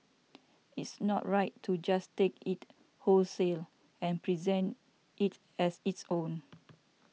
it's not right to just take it wholesale and present it as its own